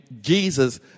Jesus